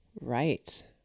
Right